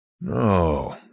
no